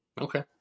Okay